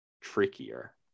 trickier